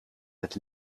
het